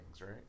right